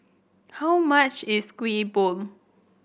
how much is Kuih Bom